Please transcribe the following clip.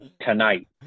tonight